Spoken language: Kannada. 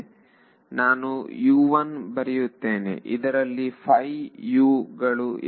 ನಾನು ಬರೆಯುತ್ತೇನೆ ಇದರಲ್ಲಿ 5 U ಗಳು ಇವೆ